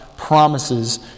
promises